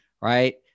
right